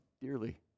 dearly